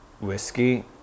whiskey